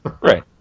Right